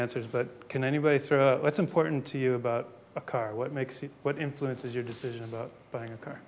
answers but can anybody say what's important to you about a car what makes you what influences your decision about buying a car